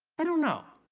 i don't know